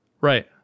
Right